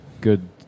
good